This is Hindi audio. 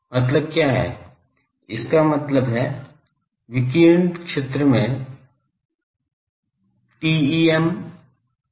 मतलब क्या है इसका मतलब है विकिरण क्षेत्र में क्षेत्र TEM तरंगें हैं